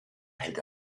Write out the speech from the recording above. hält